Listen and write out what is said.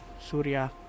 Surya